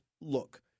look